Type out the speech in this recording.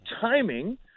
timing